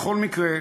בכל מקרה,